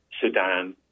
Sudan